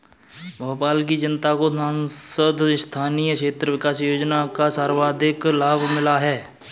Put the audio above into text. भोपाल की जनता को सांसद स्थानीय क्षेत्र विकास योजना का सर्वाधिक लाभ मिला है